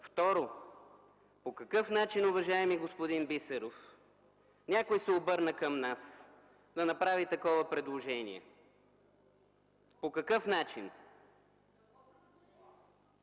Второ, по какъв начин, уважаеми господин Бисеров, някой се обърна към нас, за да направи такова предложение? По какъв начин?